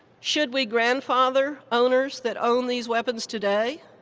should we grandfather owners that own these weapons today?